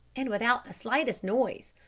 and without the slightest noise.